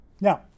Now